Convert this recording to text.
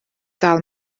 dal